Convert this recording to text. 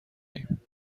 ایم